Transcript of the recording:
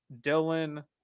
Dylan